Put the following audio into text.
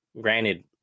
Granted